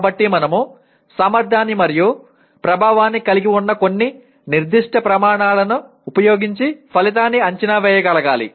కాబట్టి మనము సామర్థ్యాన్ని మరియు ప్రభావాన్ని కలిగి ఉన్న కొన్ని నిర్దిష్ట ప్రమాణాలను ఉపయోగించి ఫలితాన్ని అంచనా వేయగలగాలి